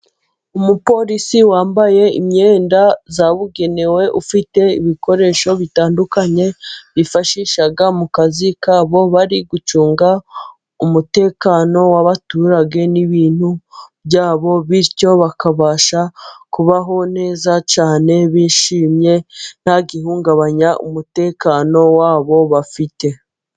Umupolisi wambaye imyenda yabugenewe ufite ibikoresho bitandukanye bifashisha mu kazi kabo bari gucunga umutekano w'abaturage n'ibintu byabo, bityo bakabasha kubaho neza cyane bishimye, ntagihungabanya umutekano wabo bafite.